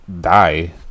die